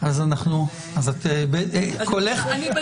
אז אני בדיון הנכון.